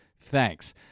Thanks